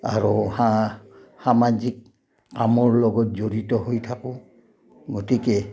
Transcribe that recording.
আৰু সামাজিক কামৰ লগত জড়িত হৈ থাকোঁ গতিকে